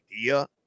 idea